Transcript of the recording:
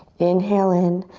inhale in.